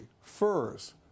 furs